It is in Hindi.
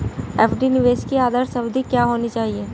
एफ.डी निवेश की आदर्श अवधि क्या होनी चाहिए?